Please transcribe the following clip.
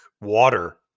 water